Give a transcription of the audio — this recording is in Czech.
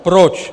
Proč?